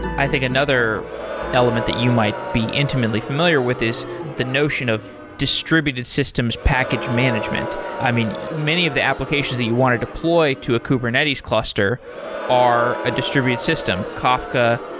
i think another element that you might be intimately familiar with is the notion of distributed systems package management. i mean, many of the applications that you want to deploy to a kubernetes cluster are a distributed system. kafka,